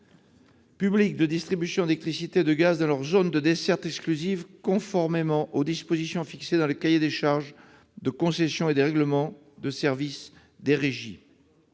publics de distribution d'électricité et de gaz dans leurs zones de desserte exclusives, conformément aux dispositions fixées dans les cahiers des charges de concession et des règlements de service des régies.